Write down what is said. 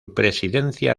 presidencia